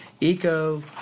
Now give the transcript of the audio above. Eco